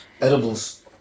edibles